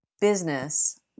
business